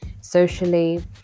socially